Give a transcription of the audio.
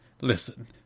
Listen